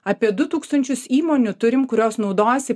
apie du tūkstančius įmonių turim kurios naudojasi